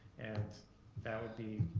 and that would be